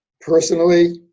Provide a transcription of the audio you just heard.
Personally